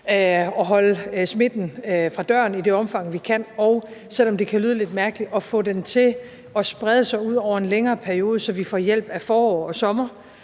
at holde smitten fra døren i det omfang, vi kan, og – selv om det kan lyde lidt mærkeligt – få den til at sprede sig ud over en længere periode, så vi får hjælp af forår og sommer,